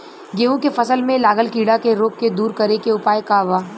गेहूँ के फसल में लागल कीड़ा के रोग के दूर करे के उपाय का बा?